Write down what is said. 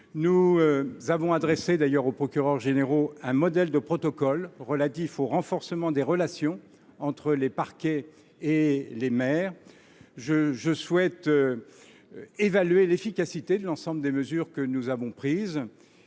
Nous avons adressé aux procureurs généraux un modèle de protocole relatif au renforcement des relations entre les parquets et les maires. Je souhaite évaluer l’efficacité de l’ensemble des mesures que nous avons prises.